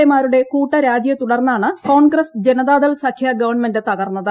A മാരുടെ കൂട്ടരാജിയെ തുടർന്നാണ് കോൺഗ്രസ് ജനതാദൾ സഖ്യ ഗവൺമെന്റ് തകർന്നത്